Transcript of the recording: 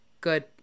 Good